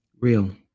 real